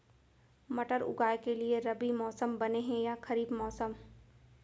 मटर उगाए के लिए रबि मौसम बने हे या खरीफ मौसम?